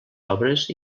obres